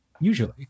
Usually